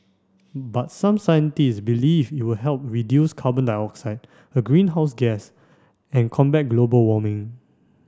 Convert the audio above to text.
but some scientists believe it will help reduce carbon dioxide a greenhouse gas and combat global warming